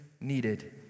needed